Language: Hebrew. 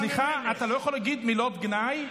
סליחה, אתה לא יכול להגיד מילות גנאי.